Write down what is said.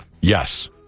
Yes